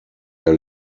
der